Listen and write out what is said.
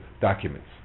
documents